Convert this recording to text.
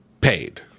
paid